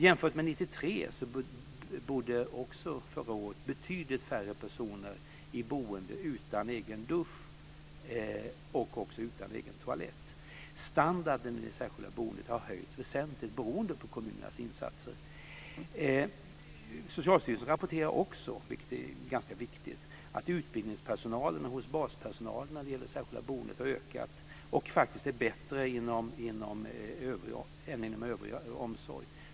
Jämfört med 1993 bodde också förra året betydligt färre personer i boende utan egen dusch och utan egen toalett. Standarden i det särskilda boendet har höjts väsentligt, beroende på kommunernas insatser. Socialstyrelsen rapporterar också, vilket är ganska viktigt, att utbildningen hos baspersonalen inom det särskilda boendet har ökat och faktiskt är bättre än inom övrig omsorg.